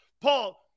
Paul